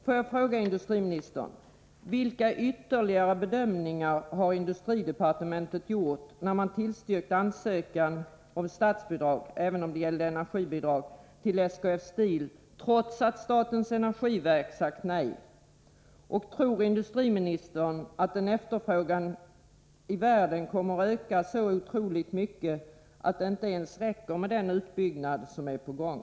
Jag vill fråga industriministern: Vilka ytterligare bedömningar har industridepartementet gjort när man har tillstyrkt ansökan om statsbidrag — även om det gällde ett energibidrag — till SKF Steel, trots att statens energiverk sagt nej? Tror industriministern att efterfrågan i världen kommer att öka så otroligt mycket att det inte ens räcker med den utbyggnad som är på gång?